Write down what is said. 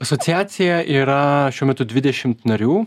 asociacija yra šiuo metu dvidešimt narių